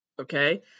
Okay